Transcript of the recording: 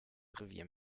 revier